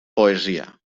poesia